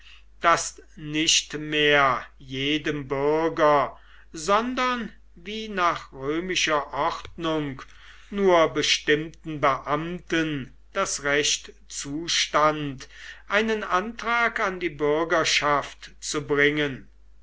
daß nicht mehr jedem bürger sondern wie nach römischer ordnung nur bestimmten beamten das recht zustand einen antrag an die bürgerschaft zu bringen